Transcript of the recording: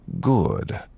Good